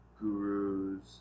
gurus